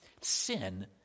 Sin